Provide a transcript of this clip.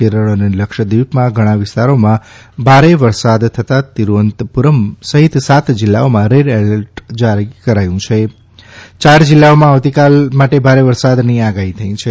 કેરળ અને લક્ષદ્વિપમાં ઘણા વિસ્તારોમાં ભારે વરસાદ થતાં તિરૂઅનંતપુરમ સહિત સાત જિલ્લાઓમાં રેડ એલર્ટ જારી કરાયું છે યાર જિલ્લાઓમાં આવતીકાલ માટે ભારે વરસાદની આગાહી થઇ છે